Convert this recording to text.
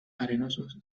arenosos